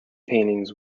paintings